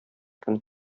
көн